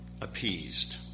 appeased